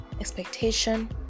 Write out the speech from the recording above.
expectation